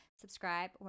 Subscribe